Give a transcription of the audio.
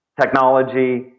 technology